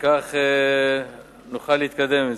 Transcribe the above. וכך נוכל להתקדם.